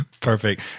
Perfect